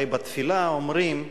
הרי בתפילה אומרים,